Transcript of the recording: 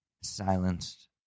silenced